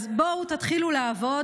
אז בואו, תתחילו לעבוד.